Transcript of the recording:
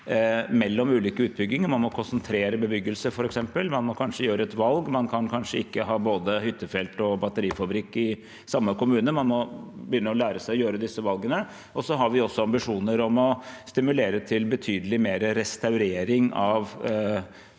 mellom ulike utbygginger. Man må f.eks. konsentrere bebyggelse, man må kanskje gjøre et valg, man kan kanskje ikke ha både hyttefelt og batterifabrikk i samme kommune – man må begynne å lære seg å gjøre disse valgene. Vi har også ambisjoner om å stimulere til betydelig mer restaurering av